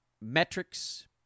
metrics